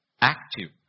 active